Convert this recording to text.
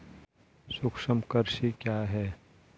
सूक्ष्म कृषि क्या है?